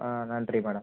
ஆ நன்றி மேடம்